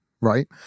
right